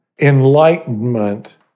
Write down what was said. enlightenment